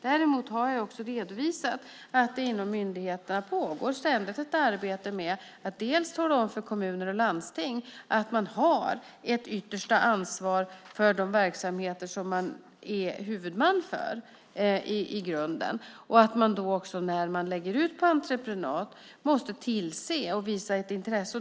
Däremot har jag redovisat att det inom myndigheterna ständigt pågår ett arbete med att tala om för kommuner och landsting att de har ett yttersta ansvar för de verksamheter som de i grunden är huvudman för och att de när de lägger ut verksamhet på entreprenad måste tillse detta och visa ett intresse.